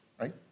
right